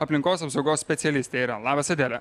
aplinkos apsaugos specialistė yra labas adele